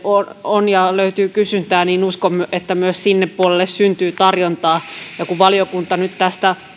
on ja löytyy kysyntää niin uskon että myös sille puolelle syntyy tarjontaa ja kun valiokunta nyt tästä